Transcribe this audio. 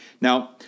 Now